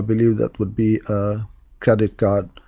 believe that would be a credit card.